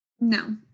No